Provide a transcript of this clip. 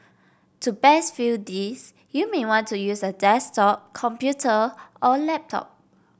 to best view this you may want to use a desktop computer or laptop